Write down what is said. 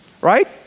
Right